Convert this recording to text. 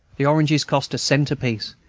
the oranges cost a cent apiece,